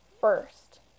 first